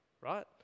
right